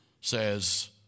says